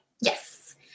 Yes